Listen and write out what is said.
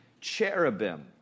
cherubim